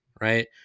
right